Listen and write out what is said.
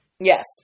yes